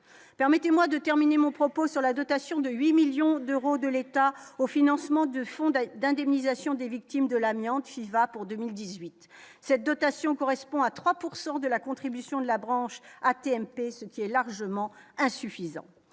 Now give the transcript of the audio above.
permettez moi de terminer mon propos sur la dotation de 8 millions d'euros de l'État au financement de fondation d'indemnisation des victimes de l'amiante Fiva pour 2018 cette dotation correspond à 3 pourcent de la contribution de la branche AT-MP, ce qui est largement insuffisant,